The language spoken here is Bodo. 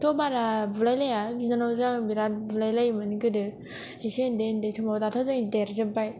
फंबायजोंथ' बारा बुलाय लाया बिनानावजों ओङो बिराद बुलायोमोन गोदो एसे उन्दै उन्दै समाव दाथ' जों देरजोबबाय